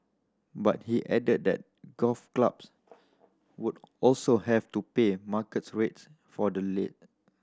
but he added that golf clubs would also have to pay market rates for the lay